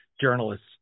journalists